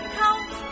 count